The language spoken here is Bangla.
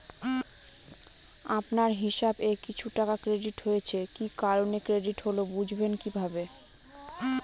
আপনার হিসাব এ কিছু টাকা ক্রেডিট হয়েছে কি কারণে ক্রেডিট হল বুঝবেন কিভাবে?